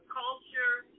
culture